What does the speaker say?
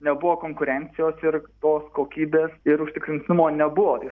nebuvo konkurencijos ir tos kokybės ir užtikrintumo nebuvo tai